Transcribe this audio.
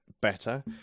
better